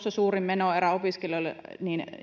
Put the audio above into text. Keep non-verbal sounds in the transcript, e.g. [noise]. [unintelligible] se suurin menoerä opiskelijoille niin